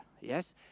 Yes